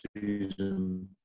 season